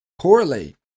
correlate